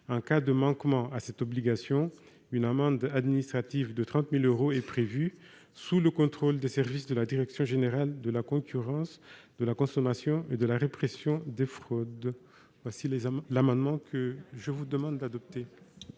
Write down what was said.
En cas de manquement à cette obligation, une amende administrative de 30 000 euros est prévue sous le contrôle des services de la direction générale de la concurrence, de la consommation et de la répression des fraudes. Le sous-amendement n° 63, présenté par